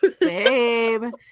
babe